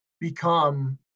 become